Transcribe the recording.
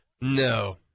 no